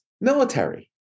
military